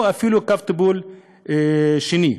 או אפילו טיפול קו שני,